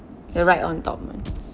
the right on top [one]